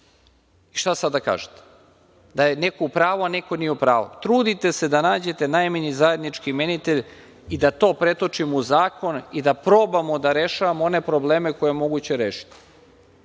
Šta sada da kažete? Da je neko u pravu, a da neko nije u pravu. Trudite se da nađete najmanji zajednički imenitelj i da to pretočimo u zakon i da probamo da rešavamo one probleme koje je moguće rešiti. Ima